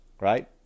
right